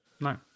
No